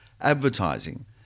advertising